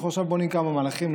אנחנו עכשיו בונים כמה מהלכים,